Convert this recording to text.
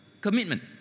commitment